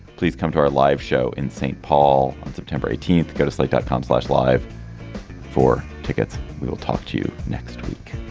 please come to our live show in st. paul on september eighteenth go to slate dot com slash live for tickets. we will talk to you next week